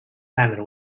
famine